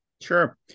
Sure